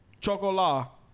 Chocolate